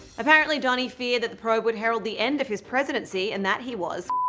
apparently donny feared that the probe would herald the end of his presidency and that he was